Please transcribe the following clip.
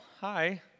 hi